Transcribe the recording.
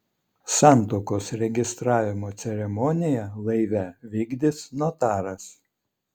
santuokos registravimo ceremoniją laive vykdys notaras